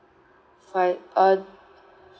five uh